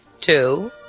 two